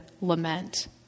lament